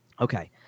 Okay